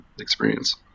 experience